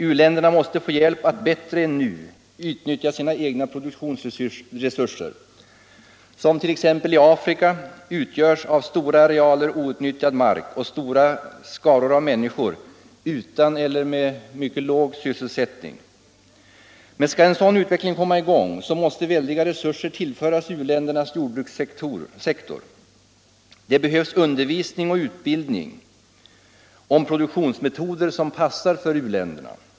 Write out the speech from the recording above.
U-länderna måste få hjälp att bättre än nu utnyttja sina egna produktionsresurser, som t.ex. i Afrika utgörs av stora arealer outnyttjad mark och stora skaror av människor utan eller med mycket låg sysselsättning. Men skall en sådan utveckling komma i gång måste väldiga resurser tillföras u-ländernas jordbrukssektor. Det behövs undervisning och utbildning i produktionsmetoder som passar för u-länderna.